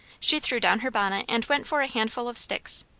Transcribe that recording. she threw down her bonnet and went for a handful of sticks.